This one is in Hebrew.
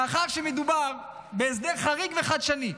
מאחר שמדובר בהסדר חריג וחדשני,